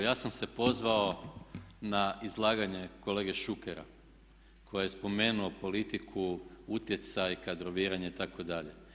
Ja sam se pozvao na izlaganje kolege Šukera koji je spomenuo politiku, utjecaj, kadroviranje itd.